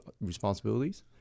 responsibilities